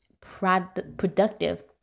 productive